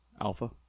Alpha